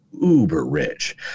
uber-rich